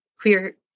queer